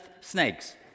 snakes